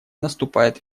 наступает